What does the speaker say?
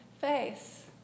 face